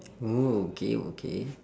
oh okay okay